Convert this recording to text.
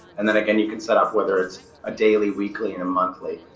and then again, you can set up whether it's a daily weekly and monthly